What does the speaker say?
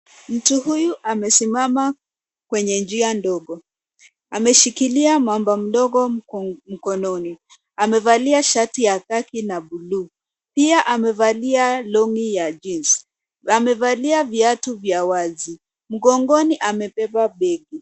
Mtu huyu amesimama kwenye njia ndogo. Ameshikilia mamba mdogo mkononi. Amevalia shati ya khaki na buluu. Pia amevalia long'i ya jeans . Amevalia viatu vya wazi. Mgongoni amebeba begi.